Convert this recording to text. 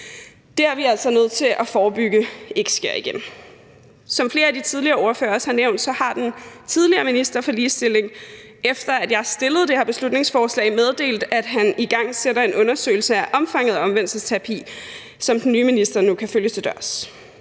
Det er vi altså nødt til at forebygge sker igen. Som flere af de tidligere ordførere også har nævnt, meddelte den tidligere minister for ligestilling, efter at vi fremsatte det her beslutningsforslag, at han ville igangsætte en undersøgelse af omfanget af omvendelsesterapi, som den nye minister nu kan følge til dørs.